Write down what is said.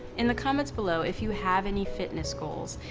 in the comments below, if you have any fitness goals,